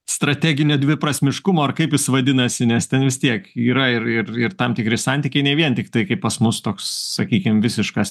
strateginio dviprasmiškumo ar kaip jis vadinasi nes ten vis tiek yra ir ir ir tam tikri santykiai ne vien tiktai kaip pas mus toks sakykim visiškas